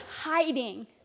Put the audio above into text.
hiding